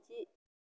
माउजि